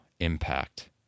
Impact